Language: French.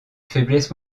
faiblesse